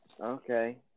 okay